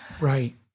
Right